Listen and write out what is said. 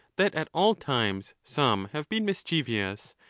that at all times some have been mischievous,